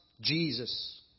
Jesus